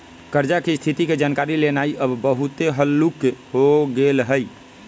कर्जा की स्थिति के जानकारी लेनाइ अब बहुते हल्लूक हो गेल हइ